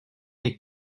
est